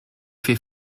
fait